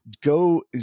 Go